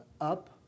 up